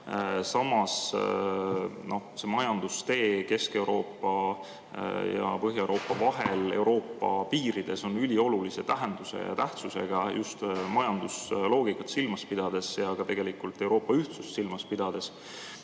Samas, majandustee Kesk-Euroopa ja Põhja-Euroopa vahel Euroopa piirides on üliolulise tähenduse ja tähtsusega just majandusloogikat silmas pidades, ka tegelikult Euroopa ühtsust silmas pidades.